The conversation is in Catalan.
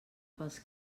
pels